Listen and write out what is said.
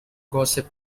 gossip